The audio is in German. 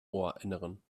ohrinneren